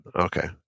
Okay